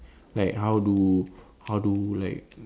like how do how do like